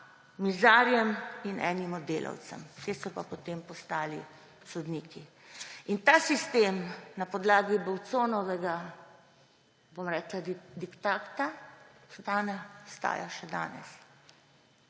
mizarjem in enim od delavcev. Ti so pa potem postali sodniki. In ta sistem na podlagi Bavconovega, bom rekla, diktata, ki je dan,